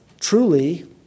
truly